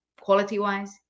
Quality-wise